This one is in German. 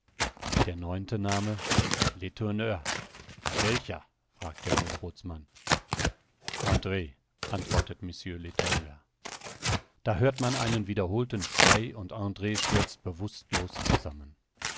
der neunte name letourneur welcher fragt der hochbootsmann andr antwortet mr letourneur da hört man einen wiederholten schrei und andr stürzt bewußtlos zusammen